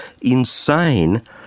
insane